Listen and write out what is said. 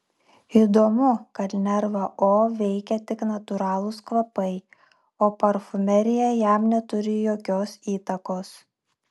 įdomu kad nervą o veikia tik natūralūs kvapai o parfumerija jam neturi jokios įtakos